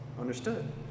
understood